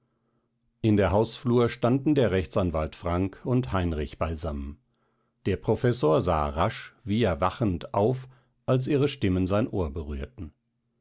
in der hausflur standen der rechtsanwalt frank und heinrich beisammen der professor sah rasch wie erwachend auf als ihre stimmen sein ohr berührten